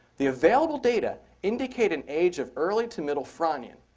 the available data indicate an age of early to middle fronian.